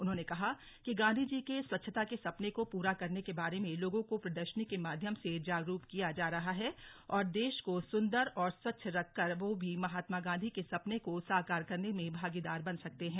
उन्होने कहा कि गांधी जी के स्वच्छता के सपने को पूरा करने के बारे मे लोगो को प्रदर्शनी के माध्यम से जागरूक किया जा रहा है और देश को सुदंर व स्वच्छ रख कर वह भी महात्मा गांधी के सपने को साकार करने में भागीदार बन सकते है